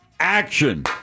Action